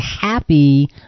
happy